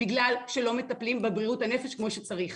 בגלל שלא מטפלים בבריאות הנפש כמו שצריך.